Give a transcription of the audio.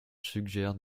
suggère